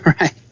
Right